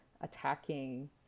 attacking